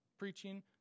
preaching